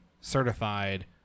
certified